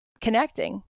connecting